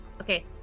okay